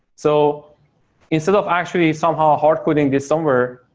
so instead of actually somehow hard coding this somewhere,